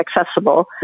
accessible